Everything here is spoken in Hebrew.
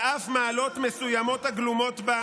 על אף מעלות מסוימות הגלומות בה,